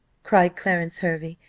cried clarence hervey,